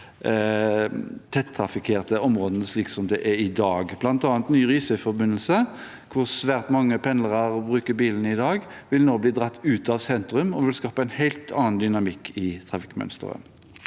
mest trafikkerte områdene, slik som det er i dag. Blant annet vil en ny Risøyforbindelse, hvor svært mange pendlere bruker bilen i dag, nå bli dratt ut av sentrum og skape en helt annen dynamikk i mønsteret.